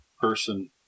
person –